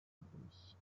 others